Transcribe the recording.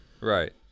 Right